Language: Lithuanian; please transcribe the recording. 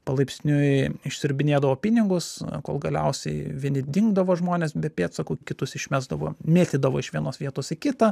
palaipsniui išsiurbinėdavo pinigus kol galiausiai vieni dingdavo žmonės be pėdsakų kitus išmesdavo mėtydavo iš vienos vietos į kitą